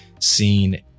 seen